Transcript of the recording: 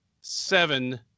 seven